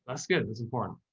that's good. that's important.